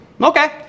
Okay